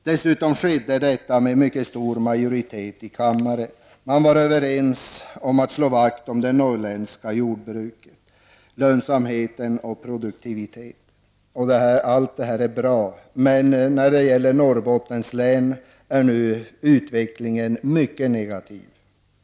Dessutom skedde detta med mycket stor majoritet i kammaren. Man var också överens om att slå vakt om det norrländska jordbruket och att lönsamheten och produktiviteten i stort skulle bibehållas. Allt detta är bra. Men, när det gäller Norrbottens län är nu utvecklingen mycket negativ.